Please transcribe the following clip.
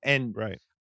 Right